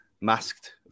masked